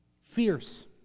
fierce